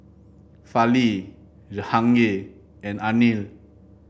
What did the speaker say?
Fali Jahangir and Anil